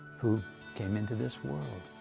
who came into this world,